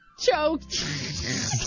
choked